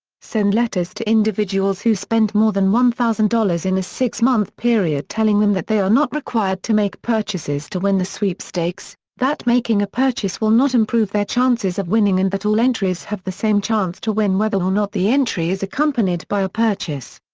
send letters to individuals who spend more than one thousand dollars in a six-month period telling them that they are not required to make purchases to win the sweepstakes, that making a purchase will not improve their chances of winning and that all entries have the same chance to win whether or not the entry is accompanied by a purchase.